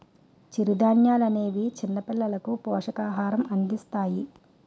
చిరుధాన్యాలనేవి చిన్నపిల్లలకు పోషకాహారం అందిస్తాయి